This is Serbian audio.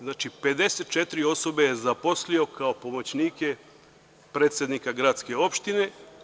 Znači, 54 osobe je zaposlio kao pomoćnike predsednika gradske opštine.